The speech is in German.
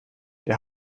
der